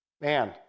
Man